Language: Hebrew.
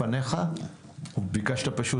אני פשוט